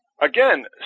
Again